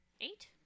Eight